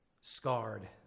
scarred